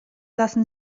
lassen